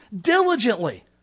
diligently